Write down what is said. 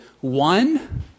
one